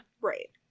Right